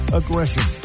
aggression